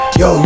yo